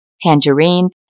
tangerine